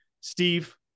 Steve